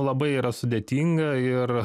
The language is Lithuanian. labai yra sudėtinga ir